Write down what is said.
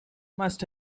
must